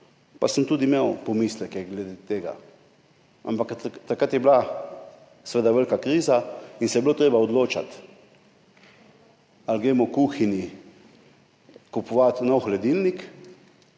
in sem tudi imel pomisleke glede tega, ampak takrat je bila seveda velika kriza in se je bilo treba odločiti, ali kupimo kuhinji nov hladilnik